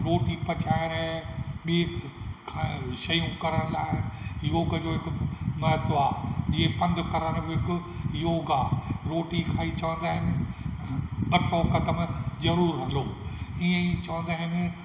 रोटी पचाइण ॿी त खा शयूं करण लाइ योग जो हिकु महत्व आहे जीअं पंधु करणु बि हिकु योगु आहे रोटी खाई चवंदा आहिनि ॿ सौ क़दम ज़रूरु हलो ईअं ई चवंदा आहिनि